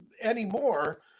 anymore